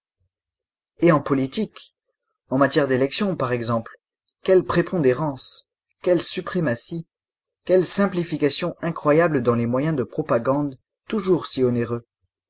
et en politique en matière d'élections par exemple quelle prépondérance quelle suprématie quelle simplification incroyable dans les moyens de propagande toujours si onéreux